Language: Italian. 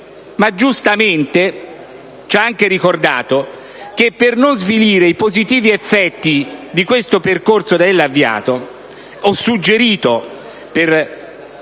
Giustamente, ci ha anche ricordato che, per non svilire i positivi effetti del percorso da ella avviato (come ho suggerito su